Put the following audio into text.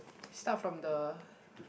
start from the